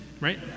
right